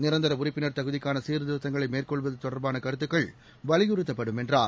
நிரந்திர உறுப்பினர் தகுதிக்காள சீர்திருத்தங்களை மேற்கொள்வது தொடர்பாள கருத்துக்கள் வலியுறுத்தப்படும் என்றார்